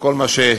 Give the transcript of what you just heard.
וכל מה שהתרחש,